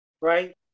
right